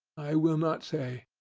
i will not say.